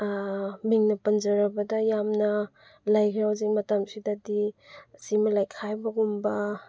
ꯃꯤꯡ ꯑꯣꯏꯅ ꯄꯟꯖꯔꯕꯗ ꯌꯥꯝꯅ ꯂꯩꯈ꯭ꯔꯦ ꯍꯧꯖꯤꯛ ꯃꯇꯝꯁꯤꯗꯗꯤ ꯁꯤꯃꯂꯦꯛ ꯍꯥꯏꯕꯒꯨꯝꯕ